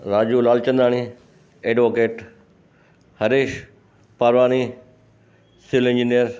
Raju Lalchandani advocate Haresh Parwani civil engineer